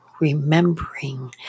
remembering